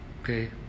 okay